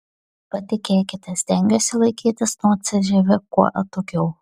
patikėkite stengiuosi laikytis nuo cžv kuo atokiau